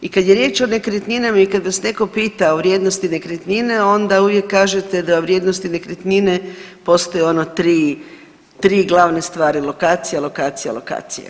I kad je riječ o nekretninama i kad vas netko pita o vrijednosti nekretnine onda uvijek kažete da vrijednosti nekretnine postoje ono 3 glavne stvari, lokacija, lokacija, lokacija.